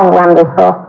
wonderful